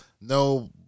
no –